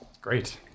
Great